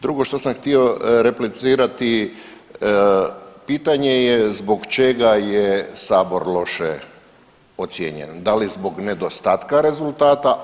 Drugo što sam htio replicirati pitanje je zbog čega je Sabor loše ocijenjen, da li zbog nedostatka rezultata.